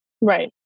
Right